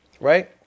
right